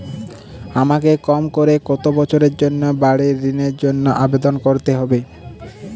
আমাকে কম করে কতো বছরের জন্য বাড়ীর ঋণের জন্য আবেদন করতে হবে?